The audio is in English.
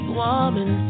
woman